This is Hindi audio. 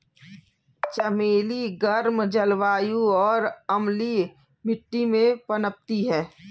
चमेली गर्म जलवायु और अम्लीय मिट्टी में पनपती है